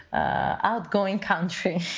ah ah going country